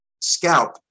Scalp